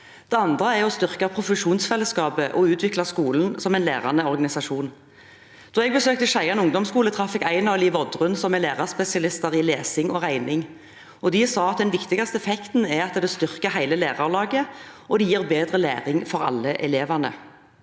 Det andre var å styr ke profesjonsfellesskapet og utvikle skolen som en lærende organisasjon. Da jeg besøkte Skeiane ungdomsskole, traff jeg Aina og Liv Oddrun, som er lærerspesialister i lesing og regning. De sa at den viktigste effekten er at det styrker hele lærerlaget, og det gir bedre læring for alle elevene.